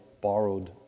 borrowed